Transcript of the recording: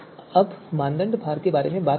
अब मानदंड भार के बारे में बात करते हैं